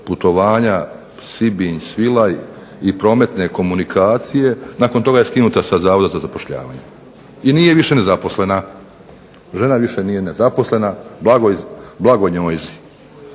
putovanja Sibinj, Svilaj i prometne komunikacije. Nakon toga je skinuta sa Zavoda za zapošljavanje i nije više nezaposlena. Žena više nije nezaposlene. Blago njojzi!